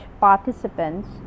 participants